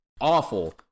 awful